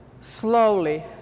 slowly